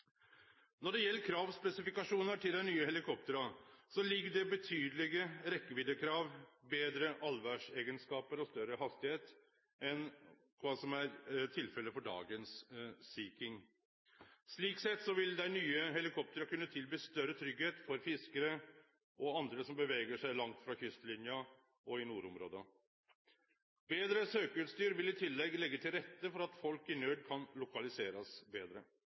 Når det gjeld kravspesifikasjonar til dei nye helikoptra, ligg det betydelege rekkeviddekrav, betre allvêrseigenskapar og større hastigheit enn kva som er tilfellet for dagens Sea King. Slik sett vil dei nye helikoptra kunne tilby større tryggleik for fiskarar og andre som bevegar seg langt frå kystlina, og i nordområda. Betre søkjeutstyr vil i tillegg leggje til rette for at folk i nød kan lokaliserast betre.